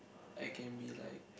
I can be like